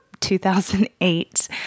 2008